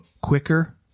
quicker